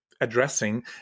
addressing